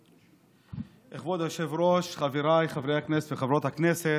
כבוד היושב-ראש, חבריי חברי וחברות הכנסת,